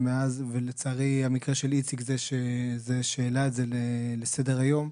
לצערי המקרה של איציק העלה את זה לסדר היום.